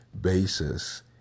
basis